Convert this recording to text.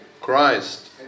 Christ